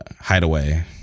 hideaway